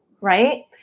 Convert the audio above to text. Right